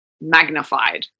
magnified